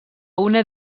una